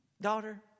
Daughter